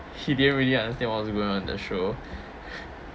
he didn't really understand what was going on the show